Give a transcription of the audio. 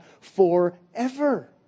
forever